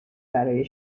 برای